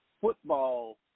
football